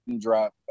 drop